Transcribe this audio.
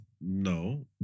No